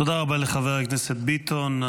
תודה רבה לחבר הכנסת ביטון.